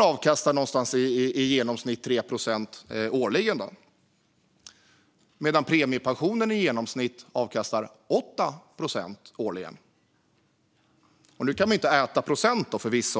avkastar någonstans i genomsnitt 3 procent årligen medan premiepensionen i genomsnitt avkastar 8 procent årligen. Nu kan man förvisso inte äta procent.